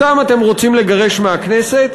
אותם אתם רוצים לגרש מהכנסת.